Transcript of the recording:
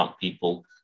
people